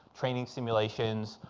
training simulations,